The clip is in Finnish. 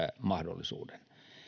mahdollisuuden